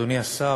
אדוני השר,